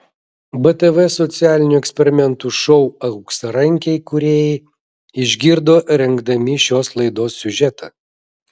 btv socialinių eksperimentų šou auksarankiai kūrėjai išgirdo rengdami šios laidos siužetą